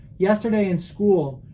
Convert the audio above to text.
yesterday in school,